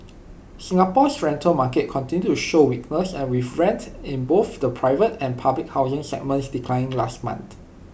Singapore's rental market continued to show weakness with rents in both the private and public housing segments declining last month